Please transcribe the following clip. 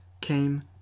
came